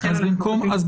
מה